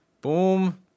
Boom